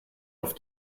auf